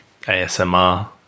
ASMR